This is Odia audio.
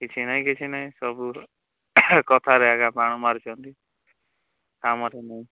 କିଛି ନାହିଁ କିଛି ନାହିଁ ସବୁର କଥାରେ ଏକା ବାଣ୍ ମାରୁଛନ୍ତି କାମରେ ନାଇଁ